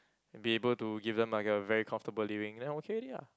be able to give them like a very comfortable living then okay already lah